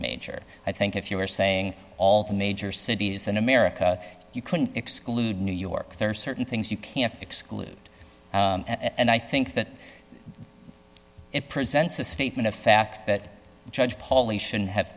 major i think if you are saying all the major cities in america you couldn't exclude new york there are certain things you can't exclude and i think that it presents a statement of fact that the judge pauley shouldn't have